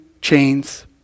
chains